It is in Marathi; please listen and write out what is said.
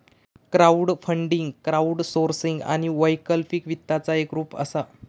क्राऊडफंडींग क्राऊडसोर्सिंग आणि वैकल्पिक वित्ताचा एक रूप असा